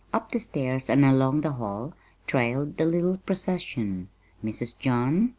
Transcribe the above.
up the stairs and along the hall trailed the little procession mrs. john,